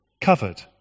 covered